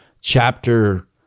chapter